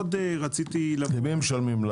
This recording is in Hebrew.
למי הם משלמים?